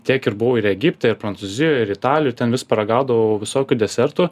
tiek ir buvau ir egipte ir prancūzijoj ir italijoj ten vis paragaudavau visokių desertų